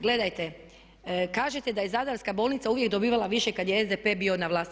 Gledajte, kažete da je Zadarska bolnica uvijek dobivala više kad je SDP bio na vlasti.